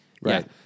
Right